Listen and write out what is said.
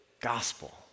Gospel